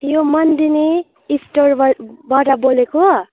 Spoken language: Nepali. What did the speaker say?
यो मन्डिनी स्टोरबाट बोलेको हो